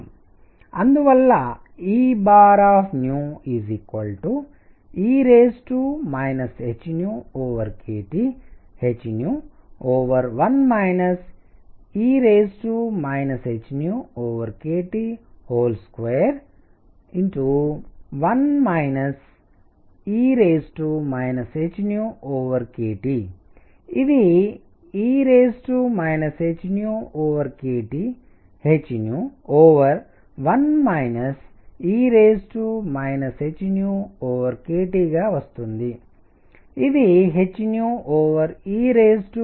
అందువల్ల Ee hkTh21 e hkT ఇది e hkTh1 e hkTగా వస్తుంది ఇది hehkT 1కు సమానం